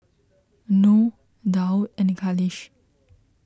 Nor Daud and Khalish